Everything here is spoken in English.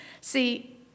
See